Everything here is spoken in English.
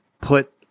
put